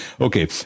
Okay